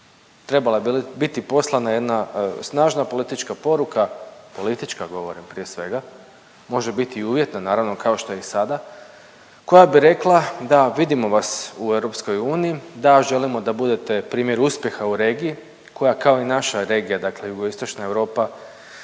Trebala je biti poslana jedna snažna politička poruka, politička govorim prije svega, može biti i uvjetna naravno kao što je i sada, koja bi rekla da vidimo vas u EU, da želimo da budete primjer uspjeha u regiji, koja kao i naša regija, dakle Jugoistočna Europa